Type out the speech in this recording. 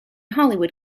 hollywood